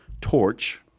torch